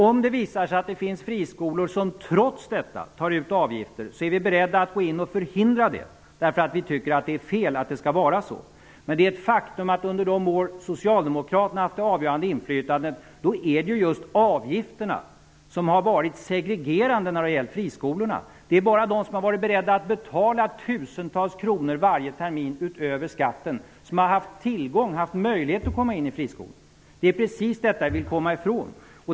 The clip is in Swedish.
Om det visar sig att det finns friskolor som trots detta tar ut avgifter är vi beredda att gå in och förhindra det. Vi tycker att det är fel att det skall vara så. Det är ett faktum att det är just avgifterna som har varit segregerande när det har gällt friskolorna under de år socialdemokraterna har haft det avgörande inflytandet. Det är bara de som har varit beredda att betala tusentals kronor varje termin utöver skatten som har haft tillgång till friskolorna och möjlighet att komma in. Det är precis detta vi vill komma ifrån.